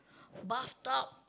bathtub